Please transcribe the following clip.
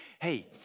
hey